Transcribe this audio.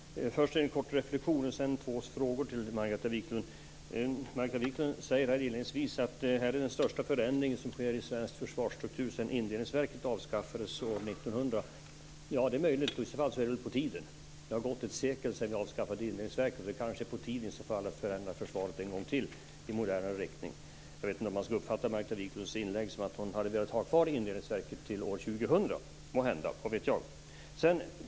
Herr talman! Jag vill först göra en kort reflexion och sedan ställa två frågor till Margareta Viklund. Margareta sade inledningsvis att det här är den största förändring som sker i svensk försvarsstruktur sedan Indelningsverket avskaffades år 1900. Ja, det är möjligt, och i så fall är det väl på tiden. Det har gått ett sekel sedan vi avskaffade Indelningsverket. Det kanske är på tiden att förändra försvaret en gång till i modernare riktning. Jag vet inte om jag ska uppfatta Margareta Viklunds inlägg så att hon måhända hade velat ha kvar Indelningsverket till år 2000. Vad vet jag?